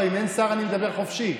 אם אין שר, אני מדבר חופשי.